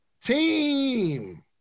team